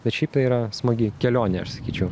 bet šiaip tai yra smagi kelionė aš sakyčiau